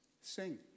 sing